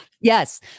Yes